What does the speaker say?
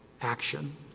action